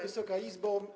Wysoka Izbo!